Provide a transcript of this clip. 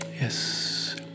Yes